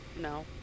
no